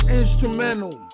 instrumental